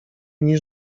niż